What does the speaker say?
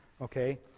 okay